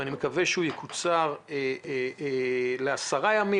ואני מקווה שהוא יקוצר ל-10 ימים.